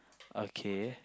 okay